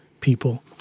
people